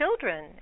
children